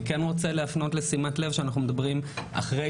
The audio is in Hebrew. אני כן רוצה להפנות לשימת לב שאנחנו מדברים אחרי